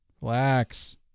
Relax